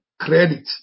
credit